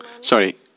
Sorry